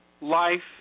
Life